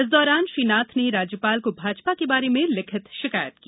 इस दौरान श्री नाथ ने राज्यपाल को भाजपा के बारे में लिखित शिकायत की